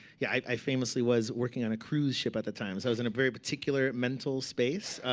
yeah. i famously was working on a cruise ship at the time. so i was in a very particular mental space.